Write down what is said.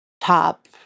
top